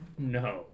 No